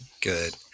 good